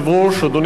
אדוני השר,